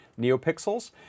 NeoPixels